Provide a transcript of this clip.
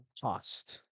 cost